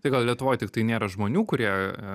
tai gal lietuvoj tiktai nėra žmonių kurie e